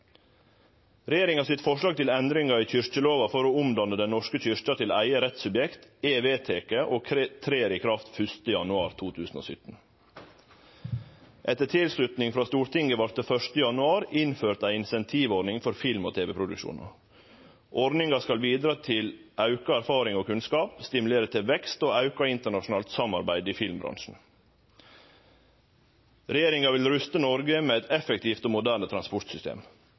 Regjeringa sitt forslag til endringar i kyrkjelova for å omdanne Den norske kyrkja til eige rettssubjekt er vedteke og trer i kraft 1. januar 2017. Etter tilslutning frå Stortinget vart det 1. januar innført ei insentivordning for film- og tv-produksjonar. Ordninga skal bidra til auka erfaring og kunnskap, stimulere til vekst og auka internasjonalt samarbeid i filmbransjen. Regjeringa vil ruste Noreg med eit effektivt og moderne transportsystem.